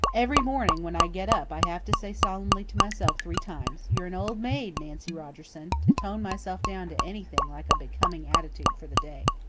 every morning when i get up i have to say solemnly to myself three times, you're an old maid, nancy rogerson to tone myself down to anything like a becoming attitude for the day.